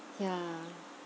ya